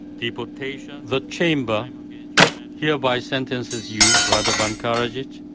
deportation, the chamber hereby sentences you, radovan karadzic,